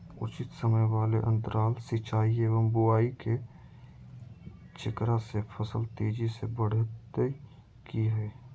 उचित समय वाले अंतराल सिंचाई एवं बुआई के जेकरा से फसल तेजी से बढ़तै कि हेय?